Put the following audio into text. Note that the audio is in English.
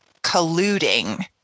colluding